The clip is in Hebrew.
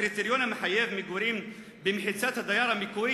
הקריטריון המחייב מגורים במחיצת הדייר המקורי